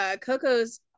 Coco's